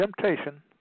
temptation